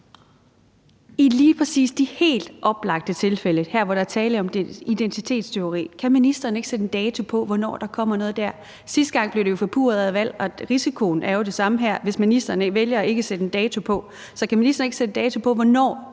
i lige præcis de helt oplagte tilfælde her, hvor der er tale om identitetstyveri, ikke sætte en dato på, hvornår der kommer noget? Sidste gang blev det jo forpurret af et valg, og risikoen er jo den samme her, hvis ministeren vælger ikke at sætte en dato på. Så kan ministeren ikke sætte en dato på, hvornår